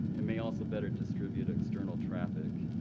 and may also better distribute external traffic,